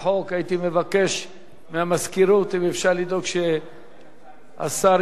הייתי מבקש מהמזכירות לדאוג שהשר ייכנס.